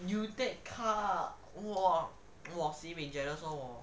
you take car !wah! sibeh jealous lor 我